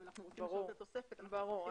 נכון.